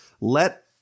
Let